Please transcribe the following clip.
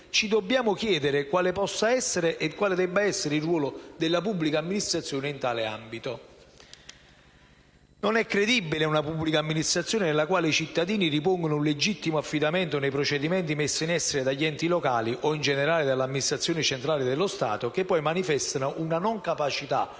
ci dobbiamo chiedere quale possa e quale debba essere il ruolo della pubblica amministrazione in tale ambito. Non è credibile una pubblica amministrazione nella quale i cittadini ripongono un legittimo affidamento nei procedimenti posti in essere dagli enti locali o, in generale, dall'amministrazione centrale dello Stato, e che poi manifesta una non capacità o una